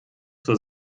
zur